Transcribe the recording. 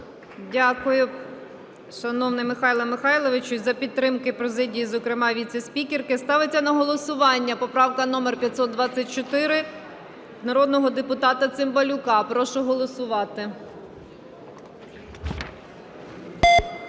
Дякую, шановний Михайле Михайловичу, за підтримку президії, зокрема, віце-спікерки. Ставиться на голосування поправка номер 524 народного депутата Цимбалюка. Прошу голосувати.